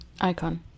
Icon